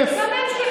יום אחד.